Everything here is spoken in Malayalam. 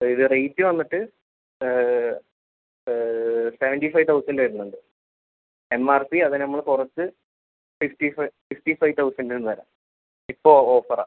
ഇത് റേറ്റ് വന്നിട്ട് സെവെൻ്റി ഫൈവ് തൗസൻ്റ് വരുന്നുണ്ട് എം ആർ പി അതു നമ്മൾ കുറച്ച് ഫിഫ്റ്റി ഫൈവ് ഫിഫ്റ്റി ഫൈവ് തൗസൻ്റിന് തരാം ഇപ്പോൾ ഓഫറാണ്